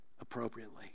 appropriately